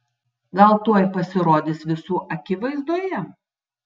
gal tuoj pasirodys visų akivaizdoje